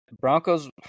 Broncos